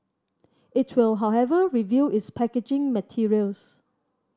it will however review its packaging materials